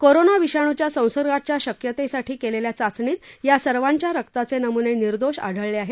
corona विषाणुच्या संसर्गाच्या शक्यतेसाठी केलेल्या चाचणीत या सर्वाचे रक्ताचे नमुने निर्दोष आढळले आहेत